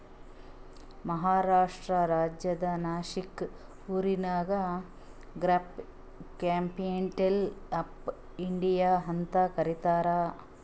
ಮಹಾರಾಷ್ಟ್ರ ರಾಜ್ಯದ್ ನಾಶಿಕ್ ಊರಿಗ grape capital of India ಅಂತ್ ಕರಿತಾರ್